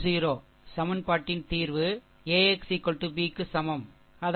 10 சமன்பாட்டின் தீர்வு AX B க்கு சமம் சரி